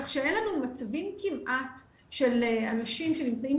כך שאין לנו מצבים כמעט של אנשים שנמצאים